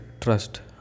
trust